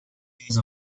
case